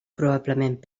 probablement